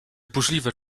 burzliwe